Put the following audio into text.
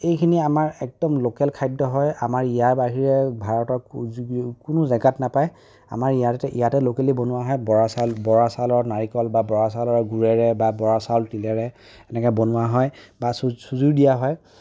এইখিনি আমাৰ একদম লোকেল খাদ্য হয় আমাৰ ইয়াৰ বাহিৰে ভাৰতত কোনো জেগাত নাপায় আমাৰ ইয়াতে ইয়াতে লোকেলি বনোৱা হয় বৰা চাউল বৰা চাউলৰ নাৰিকল বা বৰা চাউলৰ গুড়েৰে বৰা চাউল তিলেৰে এনেকে বনোৱা হয় বা চুজিও দিয়া হয়